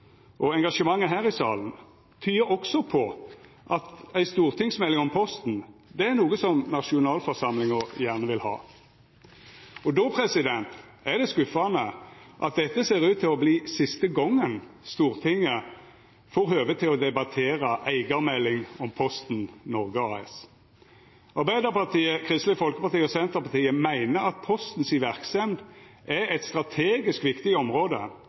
og engasjementet her i salen tyder også på at ei stortingsmelding om Posten er noko som nasjonalforsamlinga gjerne vil ha. Og då er det skuffande at dette ser ut til å verta siste gongen Stortinget får høve til å debattera eigarmelding om Posten Norge AS. Arbeidarpartiet, Kristeleg Folkeparti og Senterpartiet meiner at Posten si verksemd er eit strategisk viktig område